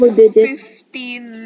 Fifteen